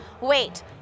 Wait